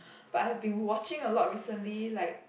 but I've been watching a lot recently like